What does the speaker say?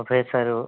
तो फिर सर